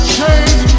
change